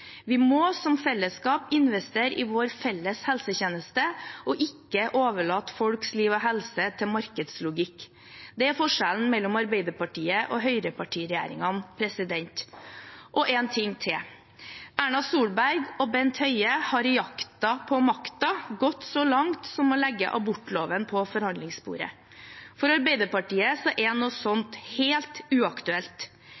Vi må som fellesskap investere i vår felles helsetjeneste, og ikke overlate folks liv og helse til markedslogikk. Det er forskjellen mellom Arbeiderpartiet og høyrepartiregjeringen. Og én ting til: Erna Solberg og Bent Høie har i jakten på makten gått så langt som å legge abortloven på forhandlingsbordet. For Arbeiderpartiet er noe sånt